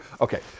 Okay